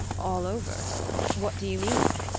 all over what do you mean?